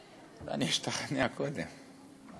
אני אשתכנע קודם.